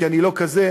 כי אני לא כזה,